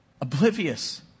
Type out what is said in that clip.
Oblivious